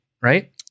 right